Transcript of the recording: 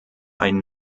einen